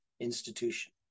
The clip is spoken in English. institution